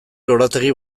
lorategi